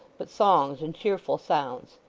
but songs and cheerful sounds.